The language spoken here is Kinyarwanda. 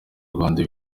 rwanda